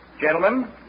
Gentlemen